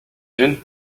unes